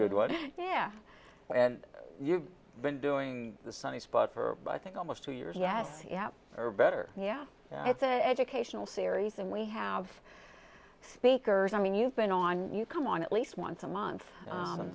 good one yeah and you've been doing this on the spot for i think almost two years yes or better yet it's a educational series and we have speakers i mean you've been on you come on at least once a month